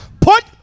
put